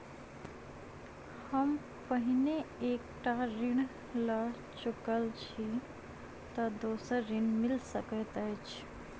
हम पहिने एक टा ऋण लअ चुकल छी तऽ दोसर ऋण मिल सकैत अई?